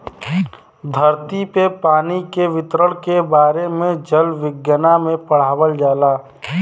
धरती पे पानी के वितरण के बारे में जल विज्ञना में पढ़ावल जाला